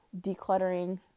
decluttering